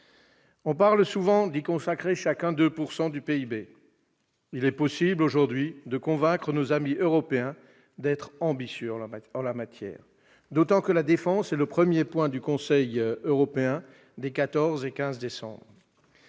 État membre y consacre 2 % de son PIB. Il est possible aujourd'hui de convaincre nos amis européens d'être ambitieux en la matière, d'autant que la défense est le premier point du Conseil européen des 14 et 15 décembre.